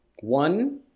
One-